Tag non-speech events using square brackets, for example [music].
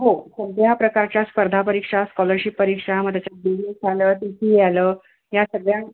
हो सगळ्या प्रकारच्या स्पर्धा परीक्षा स्कॉलरशिप परीक्षा मग त्याच्यात [unintelligible] आलं टी सी ए आलं ह्या सगळ्या